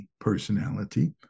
personality